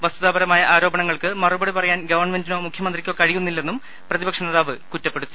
വസ്തുതാപരമായ ആരോപണങ്ങൾക്ക് മറുപടി പറയാൻ ഗവൺമെന്റിനോ മുഖ്യമന്ത്രിക്കോ കഴിയുന്നി ല്ലെന്നും പ്രതിപക്ഷ നേതാവ് കുറ്റപ്പെടുത്തി